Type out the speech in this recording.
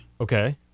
Okay